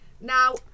Now